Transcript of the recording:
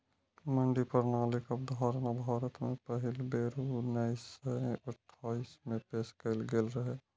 मंडी प्रणालीक अवधारणा भारत मे पहिल बेर उन्नैस सय अट्ठाइस मे पेश कैल गेल रहै